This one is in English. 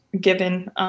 given